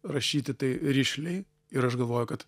rašyti tai rišliai ir aš galvoju kad